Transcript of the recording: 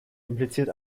impliziert